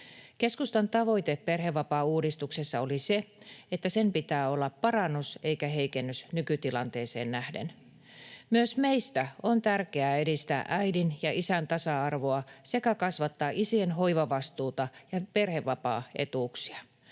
Keskustan tavoite perhevapaauudistuksessa oli se, että sen pitää olla parannus eikä heikennys nykytilanteeseen nähden. Myös meistä on tärkeää edistää äidin ja isän tasa-arvoa sekä kasvattaa isien hoivavastuuta ja perhevapaaetuuksia.